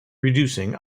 reducing